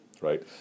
Right